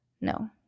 No